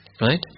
Right